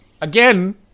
Again